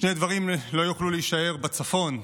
שני דברים לא יוכלו להישאר בצפון: